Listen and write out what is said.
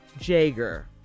Jager